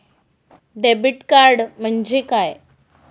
Debit card म्हणजे काय?